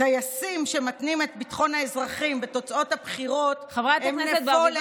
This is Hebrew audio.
טייסים שמתנים את ביטחון האזרחים בתוצאות הבחירות הם נפולת,